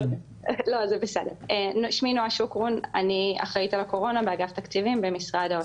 אני אחראית על הקורונה באגף תקציבים במשרד האוצר.